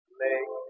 make